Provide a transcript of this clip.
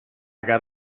got